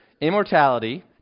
immortality